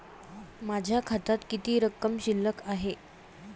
माझ्या खात्यात किती रक्कम शिल्लक आहे?